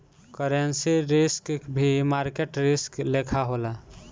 currency risk भी market risk लेखा होला